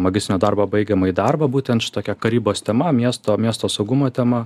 magistrinio darbą baigiamąjį darbą būtent štai tokia karybos tema miesto miesto saugumo tema